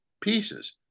pieces